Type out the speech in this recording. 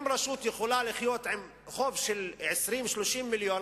אם רשות יכולה לחיות עם חוב של 30-20 מיליון,